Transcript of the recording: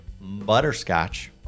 Butterscotch